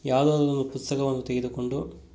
ಯಾವುದಾದರು ಪುಸ್ತಕವನ್ನು ತೆಗೆದುಕೊಂಡು